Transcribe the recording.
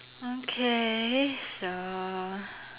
okay so